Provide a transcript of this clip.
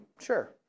sure